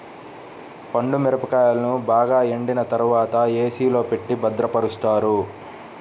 పండు మిరపకాయలను బాగా ఎండిన తర్వాత ఏ.సీ లో పెట్టి భద్రపరుస్తారు